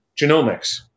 genomics